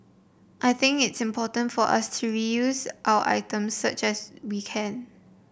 I think it's important for us to reuse our items such as we can